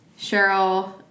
Cheryl